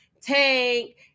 Tank